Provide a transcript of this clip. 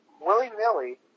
willy-nilly